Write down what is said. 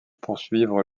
poursuivre